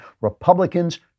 Republicans